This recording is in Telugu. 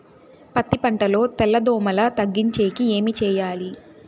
పత్తి పంటలో తెల్ల దోమల తగ్గించేకి ఏమి చేయాలి?